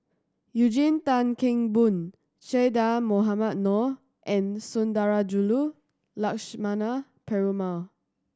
Eugene Tan Kheng Boon Che Dah Mohamed Noor and Sundarajulu Lakshmana Perumal